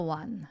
one